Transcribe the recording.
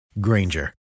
Granger